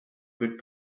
good